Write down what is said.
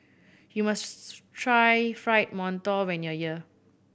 you must try Fried Mantou when you are here